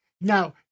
Now